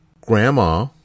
Grandma